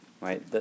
right